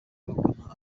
ubona